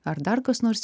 ar dar kas nors